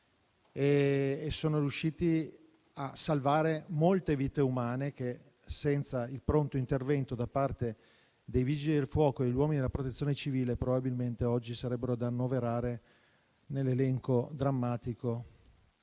e sono riusciti a salvare molte vite umane che, senza il pronto intervento da parte dei Vigili del fuoco e degli uomini della Protezione civile, probabilmente oggi sarebbero da annoverare nell'elenco drammatico